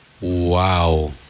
Wow